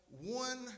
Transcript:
one